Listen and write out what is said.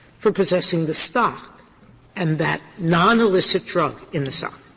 for possessing the sock and that non-illicit drug in the sock.